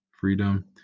freedom